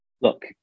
Look